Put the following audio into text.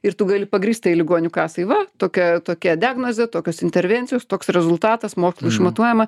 ir tu gali pagrįstai ligonių kasai va tokia tokia diagnozė tokios intervencijos toks rezultatas mokslu išmatuojama